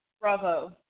bravo